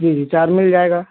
जी जी चार मिल जाएगा